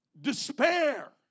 Despair